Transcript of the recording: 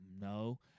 No